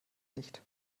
nicht